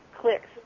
clicks